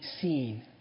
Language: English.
seen